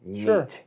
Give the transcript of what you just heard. Sure